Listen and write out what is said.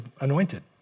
anointed